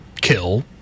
kill